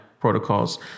protocols